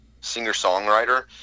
singer-songwriter